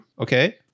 okay